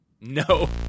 No